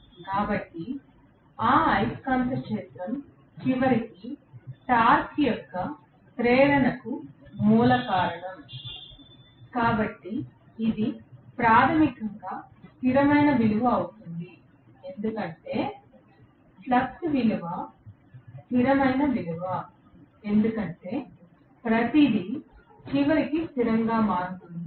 కాబట్టి ఆ అయస్కాంత క్షేత్రం చివరికి టార్క్ యొక్క ప్రేరణకు మూల కారణం కాబట్టి ఇది ప్రాథమికంగా స్థిరమైన విలువ అవుతుంది ఎందుకంటే ఫ్లక్స్ విలువ స్థిరమైన విలువ ఎందుకంటే ప్రతిదీ చివరికి స్థిరంగా మారుతుంది